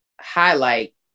highlight